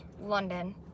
london